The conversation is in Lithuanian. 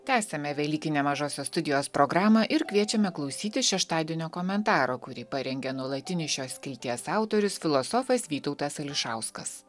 tęsiame velykinę mažosios studijos programą ir kviečiame klausytis šeštadienio komentaro kurį parengė nuolatinis šios skilties autorius filosofas vytautas ališauskas